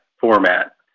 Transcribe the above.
format